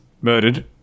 murdered